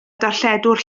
darlledwr